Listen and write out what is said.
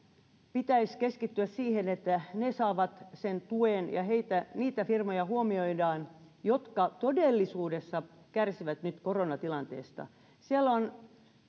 pitäisi keskittyä siihen että ne saavat sen tuen ja niitä firmoja huomioidaan jotka todellisuudessa kärsivät nyt koronatilanteesta siellä ovat